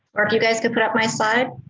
or if you guys could put up my side.